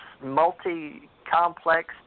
multi-complex